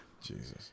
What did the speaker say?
Jesus